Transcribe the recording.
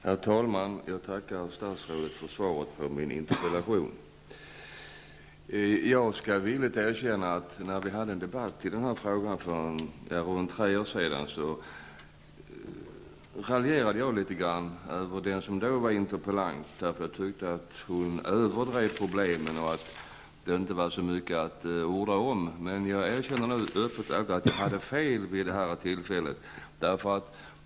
Herr talman! Jag tackar statsrådet för svaret på min interpellation. När vi hade en debatt i den här frågan för tre år sedan, raljerade jag litet grand över den som då var interpellant, för jag tyckte att hon överdrev problemet och att det inte var så mycket att orda om. Men jag erkänner nu öppet att jag hade fel vid det tillfället.